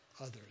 others